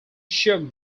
shook